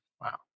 Wow